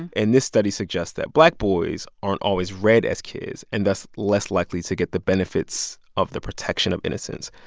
and this study suggests that black boys aren't always read as kids and thus less likely to get the benefits of the protection of innocence.